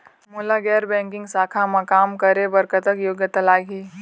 मोला गैर बैंकिंग शाखा मा काम करे बर कतक योग्यता लगही?